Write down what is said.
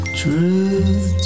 truth